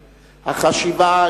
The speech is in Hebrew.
החשיבה,